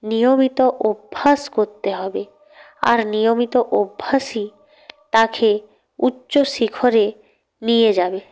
নিয়মিত অভ্যাস করতে হবে আর নিয়মিত অভ্যাসই তাকে উচ্চ শিখরে নিয়ে যাবে